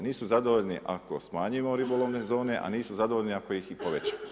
Nisu zadovoljni ako smanjimo ribolovne zone, a nisu zadovoljni ako ih i povećamo.